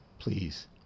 Please